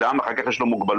אחר כך יש לו מוגבלות,